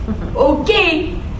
Okay